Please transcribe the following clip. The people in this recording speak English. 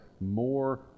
more